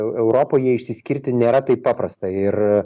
eu europoje išsiskirti nėra taip paprasta ir